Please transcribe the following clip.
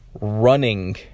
running